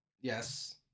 Yes